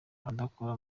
adakora